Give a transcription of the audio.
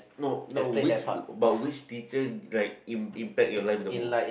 no no which but which teacher like im~ impact your life at the most